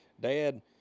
dad